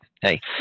hey